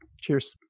Cheers